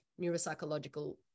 neuropsychological